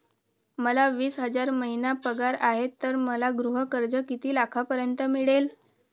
मला वीस हजार महिना पगार आहे तर मला गृह कर्ज किती लाखांपर्यंत मिळेल?